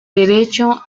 derecho